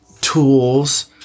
tools